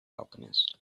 alchemist